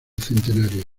centenario